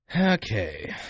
Okay